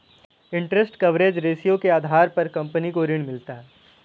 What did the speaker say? interest coverage ratio के आधार पर कंपनी को ऋण मिलता है